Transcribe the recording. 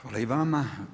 Hvala i vama.